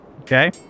Okay